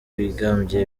wigambye